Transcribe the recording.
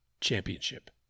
championship